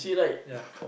ya